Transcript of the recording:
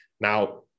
Now